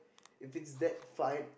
if it's that fine